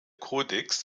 kodex